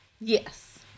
Yes